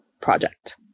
project